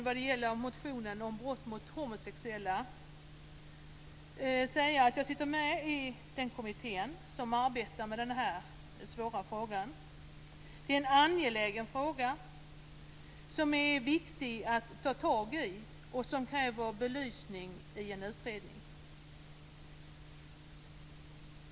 Vad gäller motionen om brott mot homosexuella sitter jag med i den kommitté som arbetar med denna svåra fråga. Det är en angelägen fråga, som det är viktigt att ta tag i och som kräver belysning i en utredning.